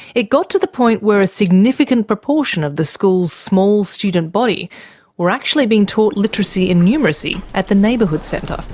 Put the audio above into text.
it got to the point where a significant proportion of the school's small student body were actually being taught literacy and numeracy at the neighbourhood centre.